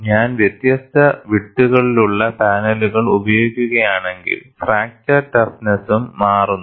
ഞാൻ വ്യത്യസ്ത വിഡ്തുകളുള്ള പാനലുകൾ ഉപയോഗിക്കുകയാണെങ്കിൽ ഫ്രാക്ചർ ടഫ്നെസ്സും മാറുന്നു